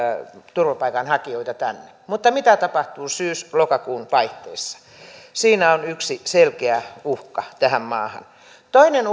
turvapaikanhakijoita tänne mutta mitä tapahtuu syys lokakuun vaihteessa siinä on yksi selkeä uhka tähän maahan toinen